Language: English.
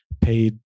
paid